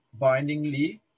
bindingly